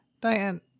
Diane